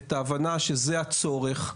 את ההבנה שזה הצורך,